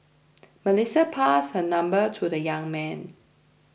Melissa passed her number to the young man